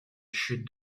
chute